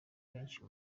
benshi